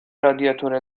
رادیاتور